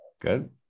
Good